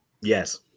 Yes